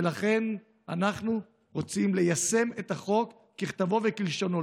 ולכן אנחנו רוצים ליישם את החוק ככתבו וכלשונו.